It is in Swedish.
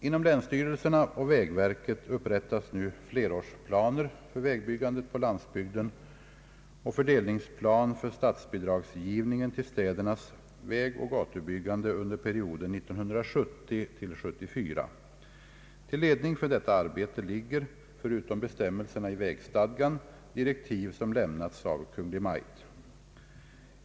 Inom länsstyrelserna och vägverket upprättas nu flerårsplaner för vägbyggandet på landsbygden och fördelningsplan för statsbidragsgivningen till städernas vägoch gatubyggande under perioden 1970-—1974. Till ledning för detta arbete ligger förutom bestämmelserna i vägstadgan direktiv som lämnats av Kungl. Maj:t.